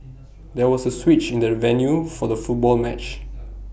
there was A switch in the venue for the football match